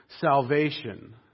salvation